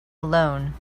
alone